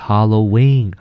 Halloween